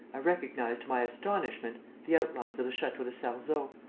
i recognized, to my astonishment, the outlines of the chateau de sarzeau,